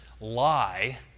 lie